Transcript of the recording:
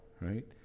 right